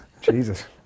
Jesus